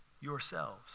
yourselves